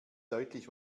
deutlich